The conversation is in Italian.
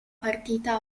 partita